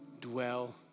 dwell